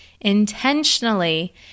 intentionally